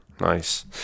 Nice